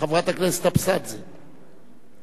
חברת הכנסת אבסדזה, בבקשה.